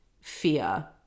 fear